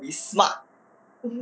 you kid will be smart